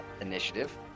initiative